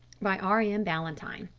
by r m. ballantyne.